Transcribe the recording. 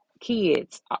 kids